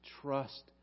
trust